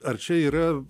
ar čia yra